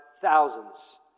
thousands